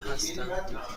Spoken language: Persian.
هستند